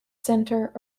center